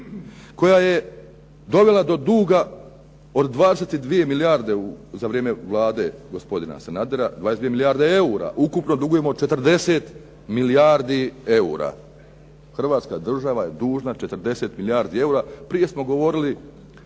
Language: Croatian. koja je dovela do duga od 22 milijarde za vrijeme Vlade gospodina Sanadera, 22 milijarde eura, ukupno dugujemo 40 milijardi eura. Hrvatska država je dužna 40 milijardi eura. Prije smo govorili